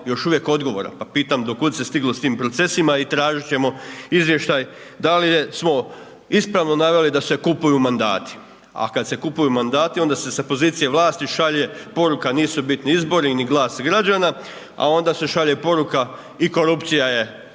još uvijek odgovora pa pitam do kuda se stiglo sa tim procesima i tražiti ćemo izvještaj da li smo ispravno naveli da se kupuju mandati. A kada se kupuju mandati onda se sa pozicije vlasti šalje poruka nisu bitni izbori ni glas građana a onda se šalje i poruka i korupcija je